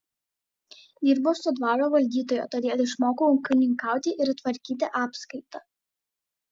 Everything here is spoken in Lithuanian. dirbau su dvaro valdytoju todėl išmokau ūkininkauti ir tvarkyti apskaitą